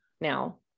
now